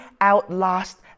outlast